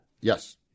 Yes